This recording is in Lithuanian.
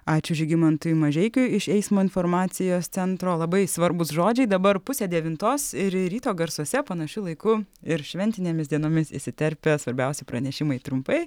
ačiū žygimantui mažeikiui iš eismo informacijos centro labai svarbūs žodžiai dabar pusė devintos ir ryto garsuose panašiu laiku ir šventinėmis dienomis įsiterpia svarbiausi pranešimai trumpai